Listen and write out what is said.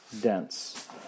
dense